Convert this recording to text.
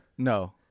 No